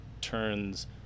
turns